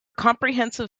comprehensive